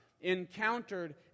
encountered